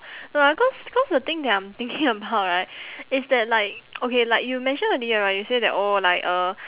no lah cause cause the thing that I'm thinking about right is that like okay like you mentioned earlier right you say that oh like uh